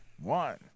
One